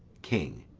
king.